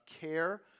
care